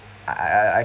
I I uh